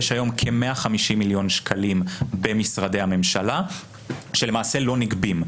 יש היום כ-150,000,000 שקלים במשרדי הממשלה שלמעשה לא נגבים.